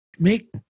Make